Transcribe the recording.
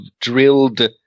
drilled